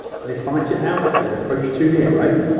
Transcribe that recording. they fight it out, if they approach too near, ah?